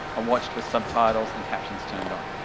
are watched with subtitles and captions turned on,